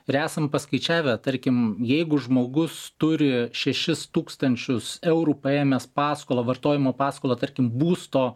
ir esam paskaičiavę tarkim jeigu žmogus turi šešis tūkstančius eurų paėmęs paskolą vartojimo paskolą tarkim būsto